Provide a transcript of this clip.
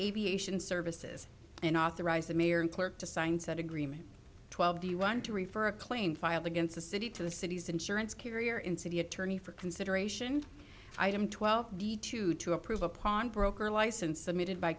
aviation services and authorized the mayor and clerk to sign said agreement twelve the one to refer a claim filed against the city to the city's insurance carrier in city attorney for consideration item twelve d two to approve a pawnbroker license submitted by